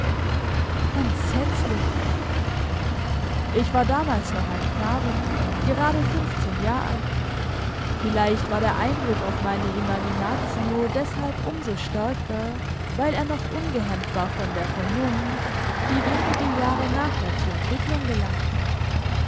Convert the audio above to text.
entsetzlich ich war damals noch ein knabe gerade fünfzehn jahr alt vielleicht war der eindruck auf meine imaginatio deshalb um so stärker weil er noch ungehemmt war von der vernunft die wenige jahre nachher zur entwicklung gelangte